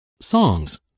Songs